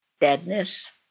deadness